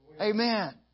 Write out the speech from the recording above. Amen